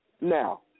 now